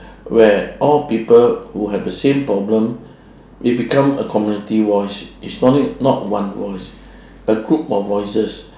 where all people who have the same problem they become a community voice is not not one voice a group of voices